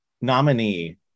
nominee